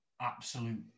Absolute